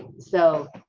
so,